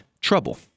trouble